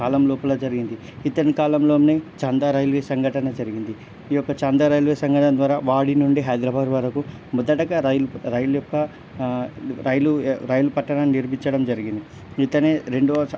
కాలం లోపల జరిగింది ఇతని కాలంలోనే చాందా రైల్వే సంఘటన జరిగింది ఈ యొక్క చాందా రైల్వే సంఘటన ద్వారా వాడి నుండి హైదరాబాద్ వరకు మొదటగా రైల్ రైల్ యొక్క రైలు రైలు పట్టాలను నిర్మించడం జరిగింది ఇతనే రెండవ